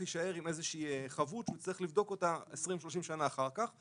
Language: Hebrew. יישאר עם איזו שהיא חבות שהוא יצטרך לבדוק אותה 20-30 שנה אחר כך.